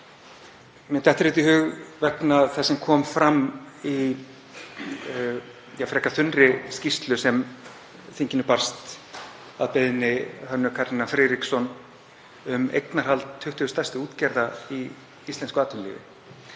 Mér dettur þetta í hug vegna þess sem kom fram í frekar þunnri skýrslu sem þinginu barst, að beiðni Hönnu Katrínar Friðriksson, um eignarhald 20 stærstu útgerða í íslensku atvinnulífi.